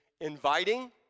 inviting